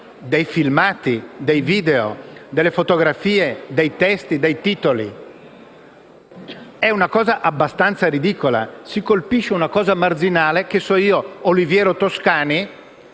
dei filmati, dei video, delle fotografie, dei testi e dei titoli? Si tratta di una cosa abbastanza ridicola. Si colpisce una cosa marginale come, ad esempio, Oliviero Toscani,